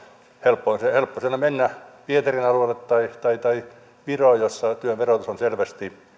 helppo sen on mennä pietarin alueelle tai tai viroon missä työn verotus on selvästi